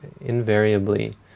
invariably